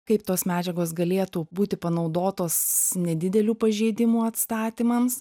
kaip tos medžiagos galėtų būti panaudotos nedidelių pažeidimų atstatymams